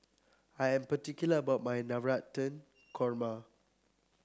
I am particular about my Navratan Korma